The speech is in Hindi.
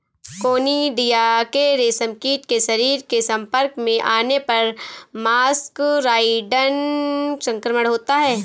कोनिडिया के रेशमकीट के शरीर के संपर्क में आने पर मस्करडाइन संक्रमण होता है